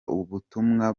ubutumwa